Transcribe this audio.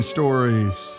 Stories